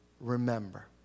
Remember